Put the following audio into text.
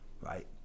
right